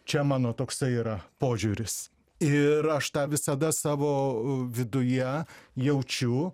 čia mano toksai yra požiūris ir aš tą visada savo viduje jaučiu